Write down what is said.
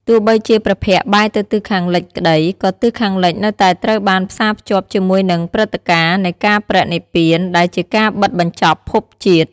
ទោះបីជាព្រះភ័ក្ត្របែរទៅទិសខាងលិចក្ដី ក៏ទិសខាងលិចនៅតែត្រូវបានផ្សារភ្ជាប់ជាមួយនឹងព្រឹត្តិការណ៍នៃការបរិនិព្វាន ដែលជាការបិទបញ្ចប់ភពជាតិ។